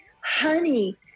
honey